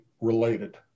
related